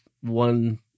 one